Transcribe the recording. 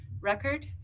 record